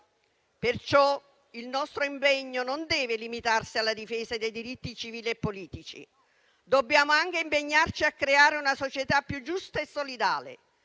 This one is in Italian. libertà. Il nostro impegno non deve pertanto limitarsi alla difesa dei diritti civili e politici. Dobbiamo anche impegnarci a creare una società più giusta e solidale,